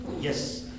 Yes